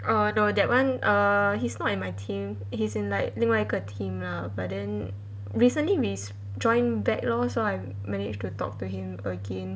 orh no that [one] err he's not in my team he's in like 另外一个 team lah but then recently we join back lor so I managed to talk to him again